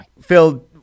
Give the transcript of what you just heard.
Phil